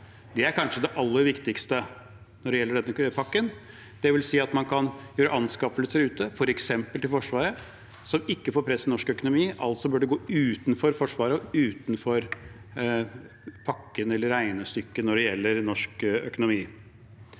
Det er kanskje det aller viktigste når det gjelder denne pakken, dvs. at man kan gjøre anskaffelser ute, f.eks. til Forsvaret, som ikke fører til press i norsk økonomi – altså bør det gå utenfor Forsvaret, utenfor pakken eller regnestykket, når det gjelder norsk økonomi.